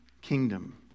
kingdom